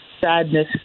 sadness